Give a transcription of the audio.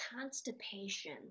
constipation